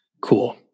Cool